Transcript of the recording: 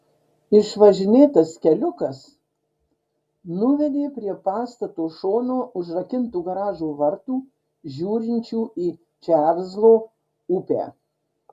išvažinėtas keliukas nuvedė prie pastato šono užrakintų garažo vartų žiūrinčių į čarlzo upę